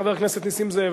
חבר הכנסת נסים זאב,